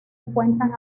encuentran